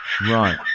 Right